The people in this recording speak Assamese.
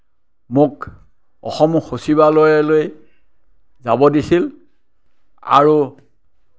মোক অসম সচিবালয়লৈ যাব দিছিল আৰু